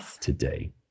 today